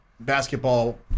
basketball